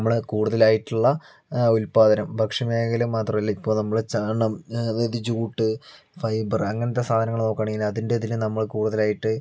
നമ്മള് കൂടുതലായിട്ടുള്ള ഉല്പാദനം ഭക്ഷ്യ മേഖല മാത്രം അല്ല ഇപ്പോൾ നമ്മള് ചണം അതായത് ജൂട്ട് ഫൈബർ അങ്ങനത്തെ സാധനങ്ങൾ നോക്കുകയാണെങ്കിൽ അതിൻ്റെ ഇതില് നമ്മള് കുടുതലായിട്ട്